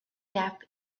gap